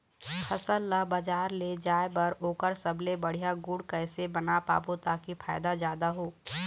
फसल ला बजार ले जाए बार ओकर सबले बढ़िया गुण कैसे बना पाबो ताकि फायदा जादा हो?